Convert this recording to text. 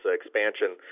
expansion